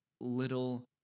little